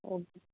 okay